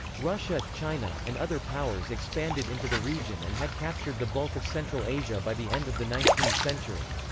russia, china, and other powers expanded into the region and had captured the bulk of central asia by the end of the nineteenth century.